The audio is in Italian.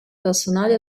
personali